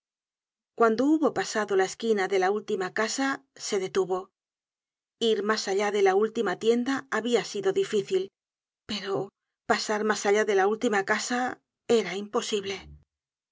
cuando hubo pasado la esquina de la última casa se detuvo ir mas allá de la última tienda habia sido difícil pero pasar mas allá de la última casa era imposible